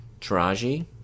Taraji